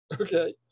okay